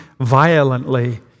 violently